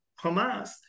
Hamas